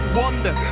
wonder